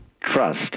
Trust